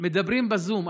מדברים בזום,